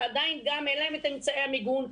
שעדיין גם אין להם את אמצעי המיגון.